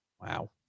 Wow